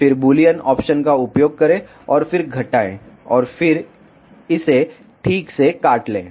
फिर Boolean option का उपयोग करें और फिर घटाएं और फिर इसे ठीक से काट लें